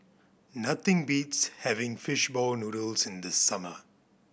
nothing beats having fish ball noodles in the summer